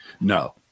No